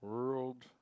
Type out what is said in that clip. World